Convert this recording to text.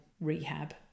rehab